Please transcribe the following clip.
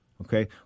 Okay